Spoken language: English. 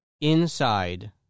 inside